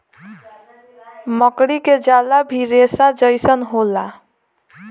मकड़ी के जाला भी रेसा जइसन होला